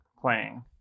playing